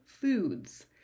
foods